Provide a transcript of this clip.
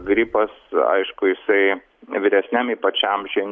gripas aišku jisai vyresniam ypač amžiuj